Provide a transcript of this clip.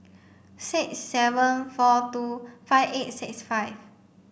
six seven four two five eight six five